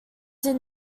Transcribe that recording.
did